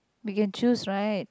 you can choose right